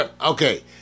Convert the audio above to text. Okay